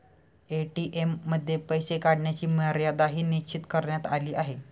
ATM मध्ये पैसे काढण्याची मर्यादाही निश्चित करण्यात आली आहे